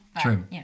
True